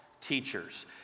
teachers